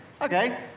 Okay